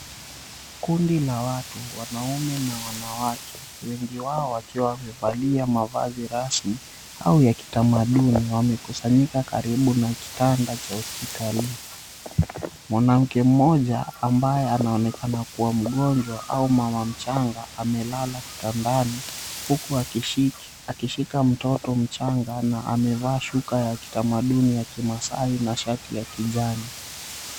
Kundi la watu, wanaume na wanawake, wengi wao wakiwa wamevalia mavazi rasmi au ya kitamaduni wamekusanyika karibu na kitanda cha hospitali. Mwanamke mmoja ambaye anaonekana kuwa mgonjwa au mama mchanga amelala kitandani huku akishika mtoto mchanga na amevaa shuka ya kitamaduni ya kimaasai na shati ya kijani.